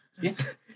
Yes